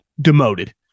demoted